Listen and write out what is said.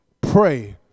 pray